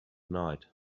night